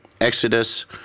Exodus